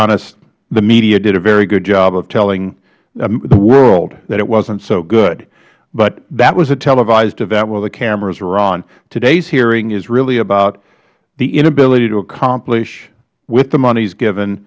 honest media did a very good job of telling the world that it wasn't so good but that was a televised event where the cameras were on today's hearing is really about the inability to accomplish with the monies given